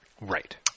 right